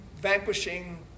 vanquishing